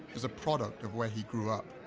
is a product of where he grew up.